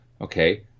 okay